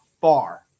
far